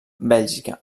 bèlgica